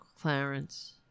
Clarence